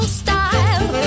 style